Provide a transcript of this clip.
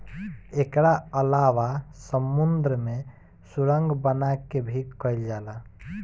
एकरा अलावा समुंद्र में सुरंग बना के भी कईल जाला